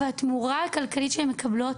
אבל התמורה הכלכלית שהן מקבלות